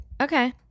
okay